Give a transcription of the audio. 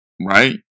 Right